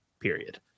period